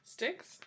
Sticks